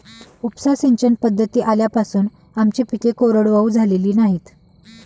उपसा सिंचन पद्धती आल्यापासून आमची पिके कोरडवाहू झालेली नाहीत